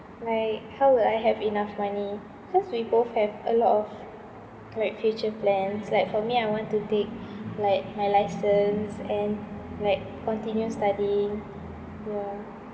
like how will I have enough money cause we both have a lot of like future plans like for me I want to take like my license and like continue studying ya